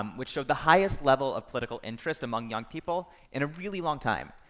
um which showed the highest level of political interest among young people in a really long time.